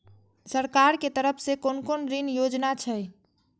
सरकार के तरफ से कोन कोन ऋण योजना छै?